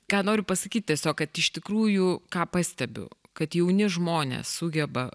ką noriu pasakyt tiesiog kad iš tikrųjų ką pastebiu kad jauni žmonės sugeba